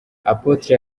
apotre